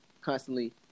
constantly